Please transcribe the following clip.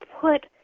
put